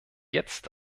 jetzt